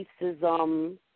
racism